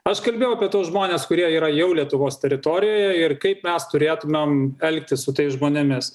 aš kalbėjau apie tuos žmones kurie yra jau lietuvos teritorijoje ir kaip mes turėtumėm elgtis su tais žmonėmis